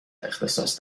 اختصاص